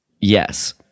Yes